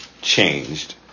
changed